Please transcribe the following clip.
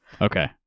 okay